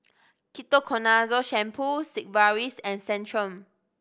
Ketoconazole Shampoo Sigvaris and Centrum